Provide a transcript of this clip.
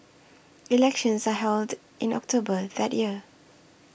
elections are held in October that year